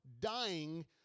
dying